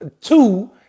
two